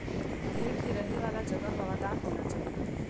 भेड़ के रहे वाला जगह हवादार होना चाही